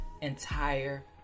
entire